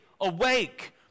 Awake